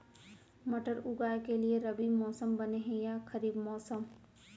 मटर उगाए के लिए रबि मौसम बने हे या खरीफ मौसम?